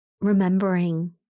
remembering